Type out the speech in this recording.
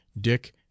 Dick